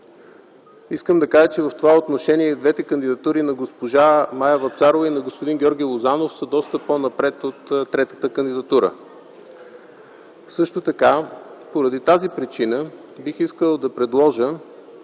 искам да кажа, че двете кандидатури – на госпожа Мая Вапцарова и на господин Георги Лозанов, са доста по-напред от третата кандидатура. Поради тази причина бих искал да предложа